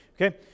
Okay